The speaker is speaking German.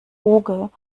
hooge